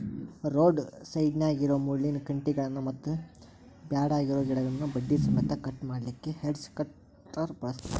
road ಸೈಡ್ನ್ಯಾಗಿರೋ ಮುಳ್ಳಿನ ಕಂಟಿಗಳನ್ನ ಮತ್ತ್ ಬ್ಯಾಡಗಿರೋ ಗಿಡಗಳನ್ನ ಬಡ್ಡಿ ಸಮೇತ ಕಟ್ ಮಾಡ್ಲಿಕ್ಕೆ ಹೆಡ್ಜ್ ಕಟರ್ ಬಳಸ್ತಾರ